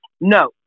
No